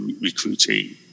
recruiting